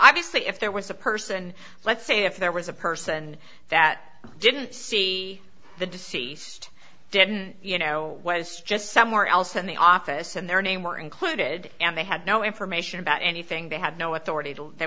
obviously if there was a person let's say if there was a person that didn't see the deceased didn't you know was just somewhere else in the office and their name were included and they had no information about anything they had no authority t